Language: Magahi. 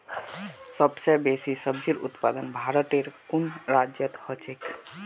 सबस बेसी सब्जिर उत्पादन भारटेर कुन राज्यत ह छेक